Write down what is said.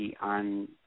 on